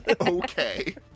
Okay